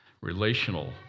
relational